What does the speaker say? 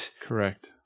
Correct